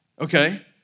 Okay